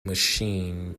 machine